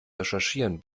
recherchieren